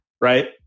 right